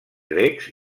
grecs